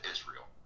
Israel